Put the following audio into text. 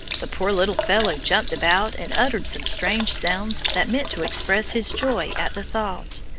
the poor little fellow jumped about and uttered some strange sounds that meant to express his joy at the thought.